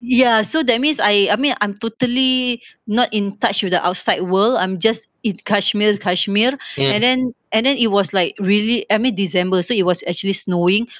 ya so that means I I mean I'm totally not in touch with the outside world I'm just in kashmir kashmir and then and then it was like really I mean december so it was actually snowing